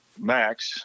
Max